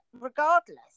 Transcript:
regardless